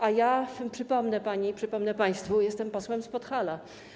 A ja przypomnę pani, przypomnę państwu, że jestem posłem z Podhala.